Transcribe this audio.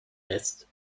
lässt